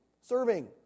serving